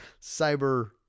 cyber